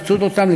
לצוד אותם,